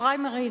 הפריימריז.